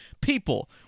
People